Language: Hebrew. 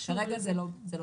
אבל כרגע זה לא בפנים.